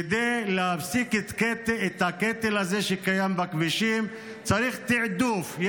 כדי להפסיק את הקטל הזה שקיים בכבישים צריך תיעדוף.